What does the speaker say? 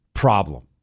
Problem